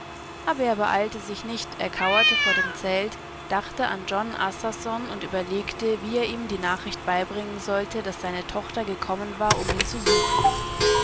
aber er beeilte sich nicht er kauerte vor dem zelte dachte an jon assarsonundüberlegte wieerihmdienachrichtbeibringensollte daßseine tochter gekommen war um ihn zu suchen